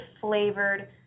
flavored